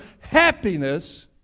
happiness